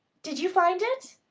did you find it?